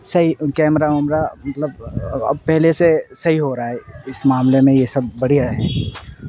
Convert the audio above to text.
صحیح کیمرہ ویمرا مطلب اب پہلے سے صحیح ہو رہا ہے اس معاملے میں یہ سب بڑھیا ہے